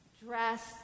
Dressed